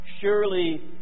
Surely